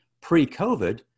Pre-COVID